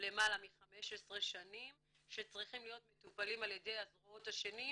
למעלה מ-15 שנים שצריכים להיות מטופלים על ידי הזרועות השונים